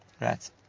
Right